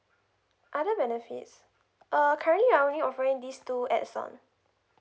other benefits uh currently we're only offering this two add ons